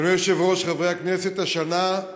אדוני היושב-ראש, חברי הכנסת, השנה,